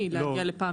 קדימה,